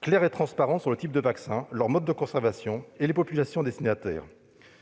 claire et transparente, sur les types de vaccin, leurs modes de conservation et les populations destinataires.